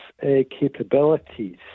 capabilities